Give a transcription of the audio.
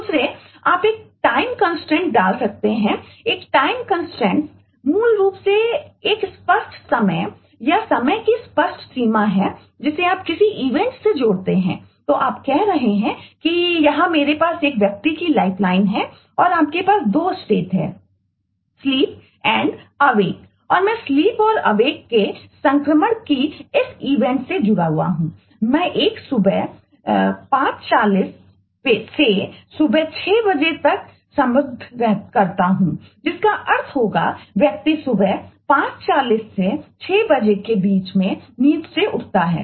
दूसरे आप एक टाइम कंस्ट्रेंट्ससे जुड़ा हुआ हूं मैं एक समय सुबह 540 बजे से सुबह 6 बजे तक संबद्ध करता हूं जिसका अर्थ होगा व्यक्ति सुबह 540 से 6 बजे के बीच नींद से उठता है